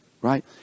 Right